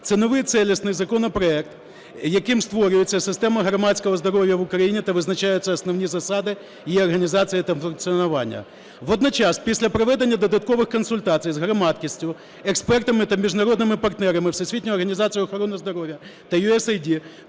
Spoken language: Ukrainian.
Це новий цілісний законопроект, яким створюється система громадського здоров'я в Україні та визначаються основні засади, її організація та функціонування. Водночас після проведення додаткових консультацій з громадськістю, експертами та міжнародними партнерами Всесвітньої організації охорони здоров'я та USAID